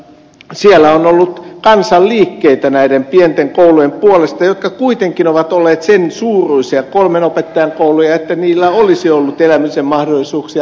siellä on ollut kansanliikkeitä näiden pienten koulujen puolesta jotka kuitenkin ovat olleet sen suuruisia kolmen opettajan kouluja että niillä olisi ollut elämisen mahdollisuuksia